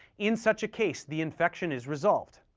in such a case, the infection is resolved.